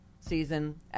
season